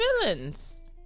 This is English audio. feelings